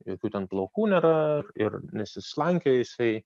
jokių ten plaukų nėra ir nesislankioja jisai